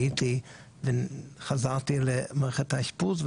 הייתי וחזרתי למערכת האשפוז,